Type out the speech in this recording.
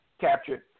captured